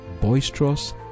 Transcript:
boisterous